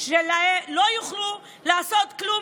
לא יוכלו לעשות כלום,